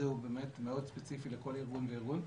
הוא באמת מאוד ספציפי לכל ארגון וארגון,